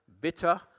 bitter